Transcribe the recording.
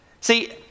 See